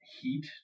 heat